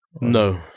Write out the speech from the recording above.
No